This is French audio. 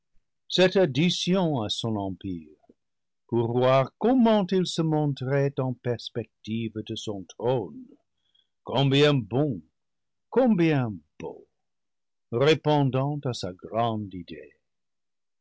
cette addition à son empire pour voir comment il se montrait en perspec tive de son trône combien bon combien beau répondant à sa grande idée